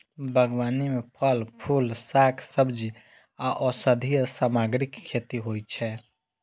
बागबानी मे फल, फूल, शाक, सब्जी आ औषधीय सामग्रीक खेती होइ छै